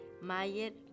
Mayer